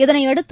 இதளையடுத்து